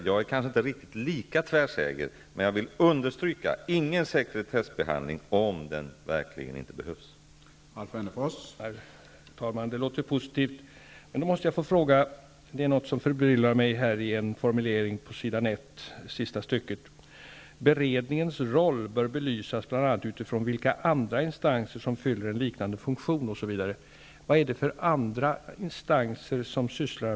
Jag är kanske inte lika tvärsäker, men jag vill understryka: ingen sekretessbehandling, om det verkligen inte behövs någon.